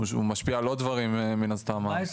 אני לא אמרתי את זה בחיים שלי.